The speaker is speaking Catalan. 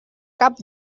cap